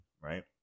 right